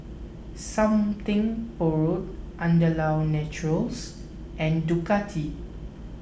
Something Borrowed Andalou Naturals and Ducati